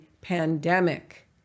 pandemic